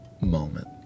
moment